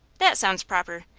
that sounds proper.